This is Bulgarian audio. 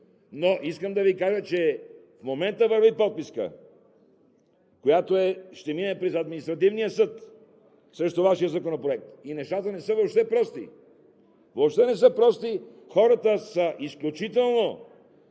Искам да Ви кажа обаче, че в момента върви подписка, която ще мине през Административния съд срещу Вашия Законопроект. Нещата не са въобще прости. Въобще не са прости! Хората са изключително